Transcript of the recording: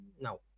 no